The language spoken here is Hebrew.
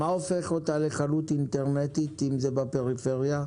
מה הופך אותה לחנות אינטרנטית אם זה בפריפריה?